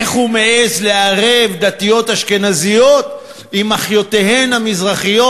איך הוא מעז לערב דתיות אשכנזיות עם אחיותיהן המזרחיות?